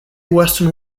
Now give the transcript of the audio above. western